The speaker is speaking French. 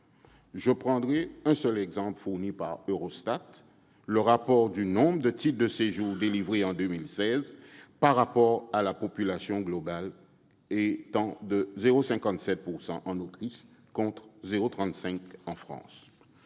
Je donnerai un seul chiffre, fourni par Eurostat : le rapport du nombre de titres de séjour délivrés en 2016 à la population globale est de 0,57 % en Autriche, contre 0,35 % en France.